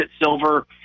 Silver